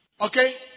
okay